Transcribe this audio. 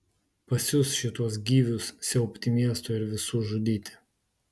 pasiųs šituos gyvius siaubti miesto ir visų žudyti